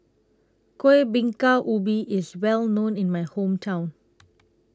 Kueh Bingka Ubi IS Well known in My Hometown